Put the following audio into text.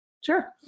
Sure